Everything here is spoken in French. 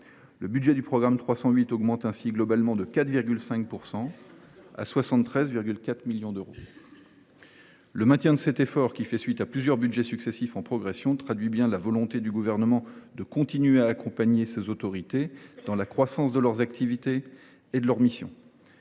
Le budget de ce programme augmente ainsi globalement de 4,5 %. Le maintien de cet effort, après plusieurs budgets successifs en progression, traduit bien la volonté du Gouvernement de continuer à accompagner ces autorités dans la croissance de leurs activités et de leurs missions.